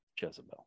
Jezebel